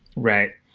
right.